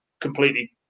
completely